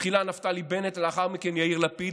בתחילה נפתלי בנט ולאחר מכן יאיר לפיד,